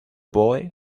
boy